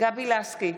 גבי לסקי,